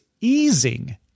easing